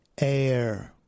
air